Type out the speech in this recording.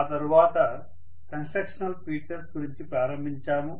ఆ తరవాత constructional features గురించి ప్రారంభించాము